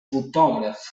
fotògraf